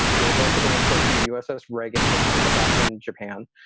there's also been reports from the uss reagan, which is now docked in japan.